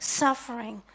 suffering